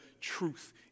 truth